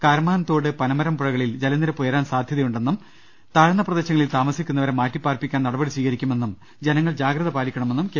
കരമാൻതോട് പനമരം പുഴകളിൽ ജലനിരപ്പ് ഉയരാൻ സാധ്യതയുണ്ടെന്നും താഴ്ന്ന പ്രദേശങ്ങളിൽ താമസിക്കുന്നവരെ മാറ്റിപ്പാർപ്പി ക്കാൻ നടപടി സ്വീകരിക്കുമെന്നും ജനങ്ങൾ ജാഗ്രത പാലിക്കണമെന്നും കെ